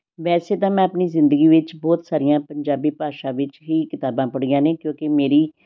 ਵੈਸੇ ਤਾਂ ਮੈਂ ਆਪਣੀ ਜ਼ਿੰਦਗੀ ਵਿੱਚ ਬਹੁਤ ਸਾਰੀਆਂ ਪੰਜਾਬੀ ਭਾਸ਼ਾ ਵਿੱਚ ਹੀ ਕਿਤਾਬਾਂ ਪੜ੍ਹੀਆਂ ਨੇ ਕਿਉਂਕਿ ਮੇਰੀ